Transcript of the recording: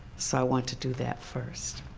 so i want to do that first.